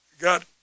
got